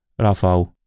Rafał